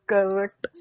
Correct